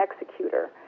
executor